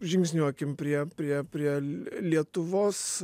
žingsniuokim prie prie prie lietuvos